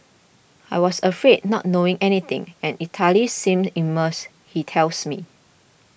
I was afraid not knowing anything and Italy seemed immense he tells me